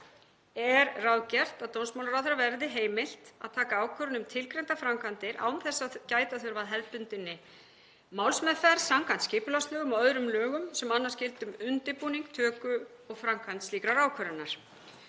er ráðgert að dómsmálaráðherra verði heimilt að taka ákvörðun um tilgreindar framkvæmdir án þess að gæta þurfi að hefðbundinni málsmeðferð samkvæmt skipulagslögum og öðrum lögum sem annars gilda um undirbúning, töku og framkvæmd slíkrar ákvörðunar.